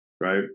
right